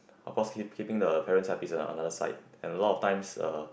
of course kee~ keeping the parents happy is another side and a lot of times uh